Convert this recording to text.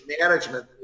management